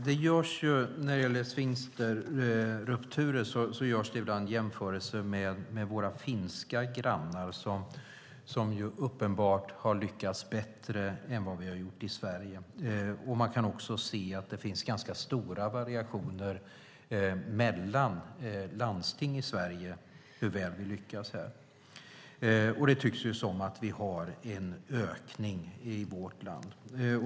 Fru talman! När det gäller sfinkterrupturer görs det ibland jämförelser med våra finska grannar, som uppenbart har lyckats bättre än vad vi har gjort i Sverige. Man kan också se att det finns ganska stora variationer mellan landsting i Sverige när det gäller hur väl vi lyckas här. Det tycks som att vi har en ökning i vårt land.